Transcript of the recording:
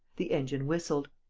the engine whistled.